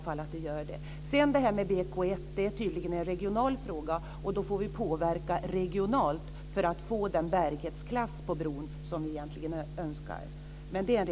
Frågan om bärighetsklass är tydligen en regional fråga, och då får vi påverka regionalt för att få den bärighetsklass på bron som vi önskar.